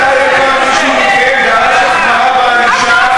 מתי אי-פעם מישהו מכם דרש את מעצרם?